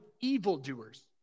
evildoers